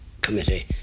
Committee